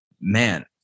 man